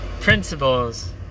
principles